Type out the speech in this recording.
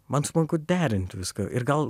man smagu derinti viską ir gal